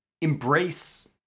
embrace